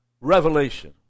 revelation